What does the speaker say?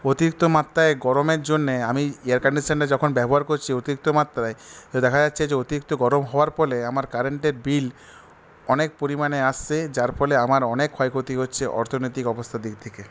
অতিরিক্ত মাত্রায় গরমের জন্যে আমি এয়ার কন্ডিশনরটা যখন ব্যবহার করছি অতিরিক্ত মাত্রায় দেখা যাচ্ছে যে অতিরিক্ত গরম হওয়ার ফলে আমার কারেন্টের বিল অনেক পরিমাণে আসছে যার ফলে আমার অনেক ক্ষয় ক্ষতি হচ্ছে অর্থনৈতিক অবস্থার দিক থেকে